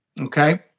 Okay